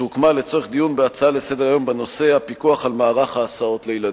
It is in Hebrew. שהוקמה לצורך דיון בהצעה לסדר-היום בנושא הפיקוח על מערך ההסעות לילדים.